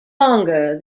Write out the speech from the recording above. longer